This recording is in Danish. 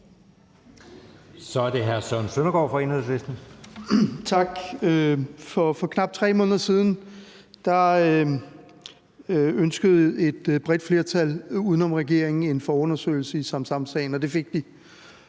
Kl. 20:16 Søren Søndergaard (EL): Tak. For knap 3 måneder siden ønskede et bredt flertal uden om regeringen en forundersøgelse i Samsamsagen, og det fik de.